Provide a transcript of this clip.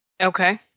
Okay